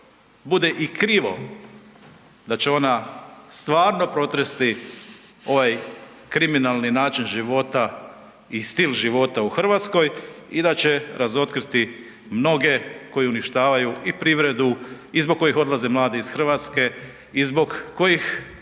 bude i krivo da će ona stvarno protresti ovaj kriminalni način života i stil života u Hrvatskoj i da će razotkriti mnoge koji uništavaju i privredu i zbog kojih odlaze mladi iz Hrvatske iz zbog kojih